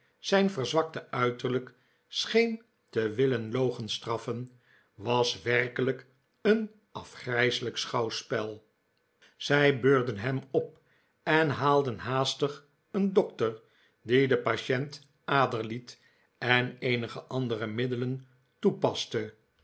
zijn verzwakte uiterlijk scheen te willen logenstraff en was werkelijk een afgrijselijk schouwspel zij beurden hem op en haalden haastig een dokter die den patient aderliet en eenige andere middelen toepaste